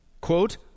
quote